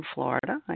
Florida